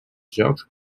jocs